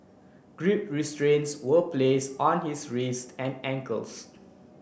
grip restraints were place on his wrists and ankles